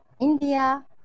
India